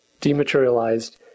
dematerialized